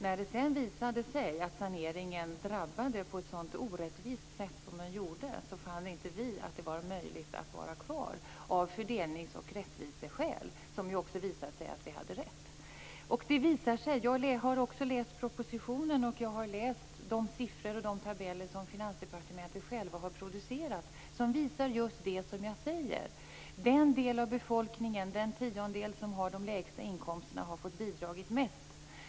När sedan saneringen drabbade så orättvist, fann vi det av fördelnings och rättviseskäl inte vara möjligt att vara kvar. Det visade sig senare att vi hade rätt. Jag har läst propositionen och de siffror och tabeller som Finansdepartementet har producerat. Där framgår det att den tiondel av befolkningen med de lägsta inkomsterna har fått bidra mest.